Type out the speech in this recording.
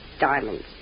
diamonds